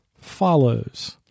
follows